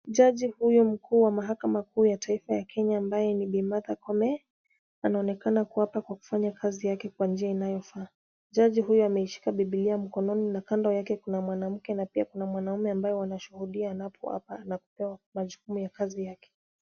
Jaji huyu mkuu wa mahakama kuu ya taifa ya Kenya ambaye ni Bi. Martha Koome, anaonekana kuapa kwa kufanya kazi yake kwa njia inayofaa. Jaji huyo ameishika biblia mkononi na kando yake kuna mwanamke na pia kuna mwanaume ambaye wanashuhudia naye anapoapa na kupewa majukumu ya kazi yake.